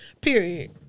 Period